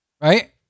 right